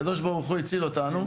הקב"ה הציל אותנו,